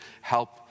help